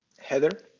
Heather